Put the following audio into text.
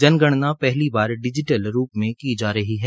जनगणना पहली बार डिजिटल रूप में की जा रही हैं